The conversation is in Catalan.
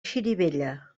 xirivella